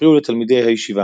יפריעו לתלמידי הישיבה.